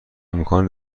امکان